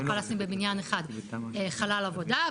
נוכל לשים בחלל אחד חלל עבודה,